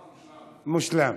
מושלם.